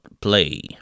play